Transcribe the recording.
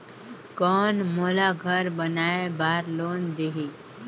कौन मोला घर बनाय बार लोन देही?